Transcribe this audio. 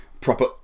proper